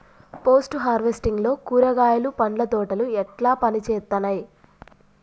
Post harvesting లో కూరగాయలు పండ్ల తోటలు ఎట్లా పనిచేత్తనయ్?